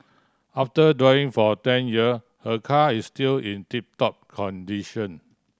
after driving for ten year her car is still in tip top condition